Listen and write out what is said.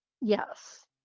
Yes